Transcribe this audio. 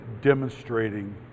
demonstrating